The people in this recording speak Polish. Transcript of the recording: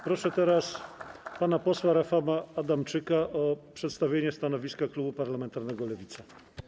Proszę teraz pana posła Rafała Adamczyka o przedstawienie stanowiska klubu parlamentarnego Lewica.